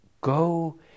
Go